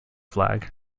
flag